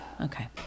Okay